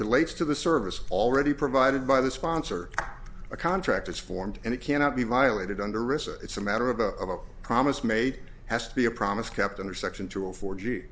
relates to the service already provided by the sponsor a contract is formed and it cannot be violated under rissa it's a matter of a promise made has to be a promise kept under section two of four g